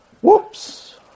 Whoops